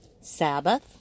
Sabbath